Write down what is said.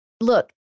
look